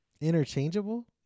interchangeable